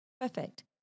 Perfect